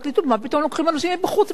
מה פתאום לוקחים אנשים מבחוץ בכלל?